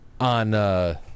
on